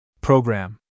Program